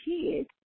kids